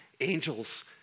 angels